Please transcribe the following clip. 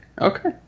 okay